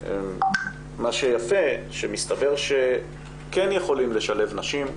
ומה שיפה שמסתבר שכן יכולים לשלב נשים.